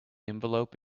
envelope